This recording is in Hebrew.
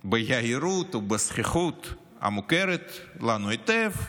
ביהירות ובזחיחות המוכרת לנו היטב,